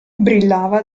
brillava